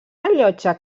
rellotge